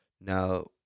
Now